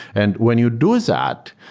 and when you do that,